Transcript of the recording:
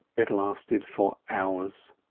it lasted for hours,